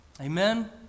Amen